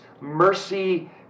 mercy